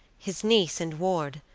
his niece and ward,